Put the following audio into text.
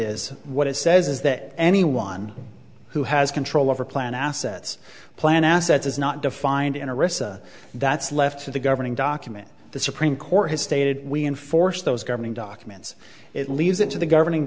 is what it says is that anyone who has control over plan assets plan assets is not defined interests that's left to the governing document the supreme court has stated we enforce those governing documents it leaves it to the governing